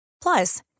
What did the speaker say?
Plus